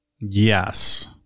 Yes